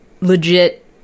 legit